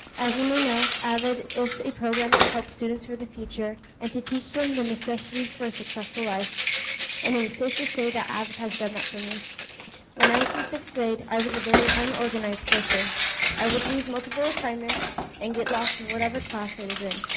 as you may know avid is a program that helps students for the future and to teach them the necessities for a successful life and it is safe to say that avid has done that for me when i was in sixth grade i was a very unorganized person i would lose multiple assignments and get lost in whatever class i was in